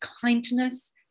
kindness